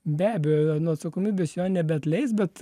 be abejo nuo atsakomybės jo nebeatleis bet